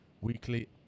weekly